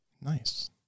Nice